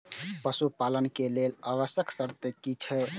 पशु पालन के लेल आवश्यक शर्त की की छै?